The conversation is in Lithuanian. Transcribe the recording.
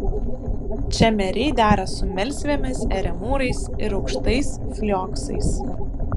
čemeriai dera su melsvėmis eremūrais ir aukštais flioksais